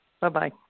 Bye-bye